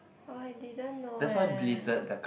!wah! I didn't know eh